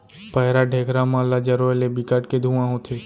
पैरा, ढेखरा मन ल जरोए ले बिकट के धुंआ होथे